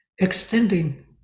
extending